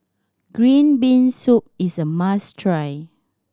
green bean soup is a must try